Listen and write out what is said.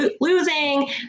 losing